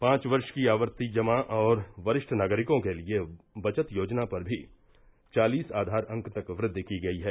पांच वर्ष की आवर्ती जमा और वरिष्ठ नागरिकों के लिए बचत योजना पर भी चालिस आधार अंक तक वृद्धि की गई है